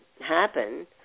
happen